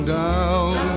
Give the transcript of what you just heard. down